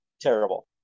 Terrible